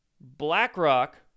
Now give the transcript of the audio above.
BlackRock